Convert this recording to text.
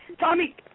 Tommy